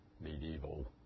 medieval